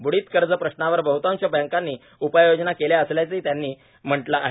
बुंडीत कर्ज प्रश्नावर बहतांश बँकांनी उपाययोजना केल्या असल्याचंही त्यांनी म्हटलं आहे